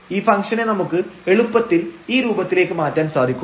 ഈ ഫംഗ്ഷനെ നമുക്ക് എളുപ്പത്തിൽ ഈ രൂപത്തിലേക്ക് മാറ്റാൻ സാധിക്കും